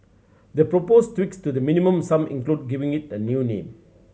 the proposed tweaks to the Minimum Sum include giving it a new name